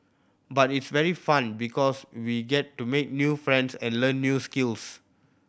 but it's very fun because we get to make new friends and learn new skills